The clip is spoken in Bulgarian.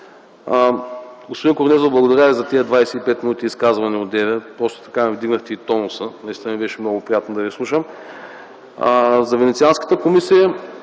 Господин Корнезов, благодаря Ви за тези 25 минути изказване, одеве, така ми вдигнахте и тонуса. Наистина ми беше много приятно да Ви слушам! За Венецианската комисия,